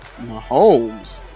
Mahomes